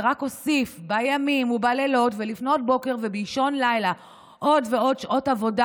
ורק הוסיף בימים ובלילות ולפנות בוקר ובאישון לילה עוד ועוד שעות עבודה,